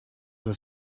were